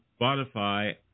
Spotify